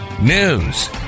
news